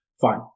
Fine